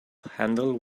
handle